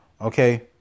Okay